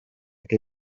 que